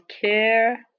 care